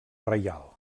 reial